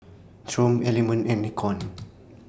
Triumph Element and Nikon